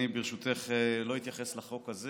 אני, ברשותך, לא אתייחס לחוק הזה.